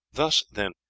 thus, then,